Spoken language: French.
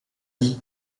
dit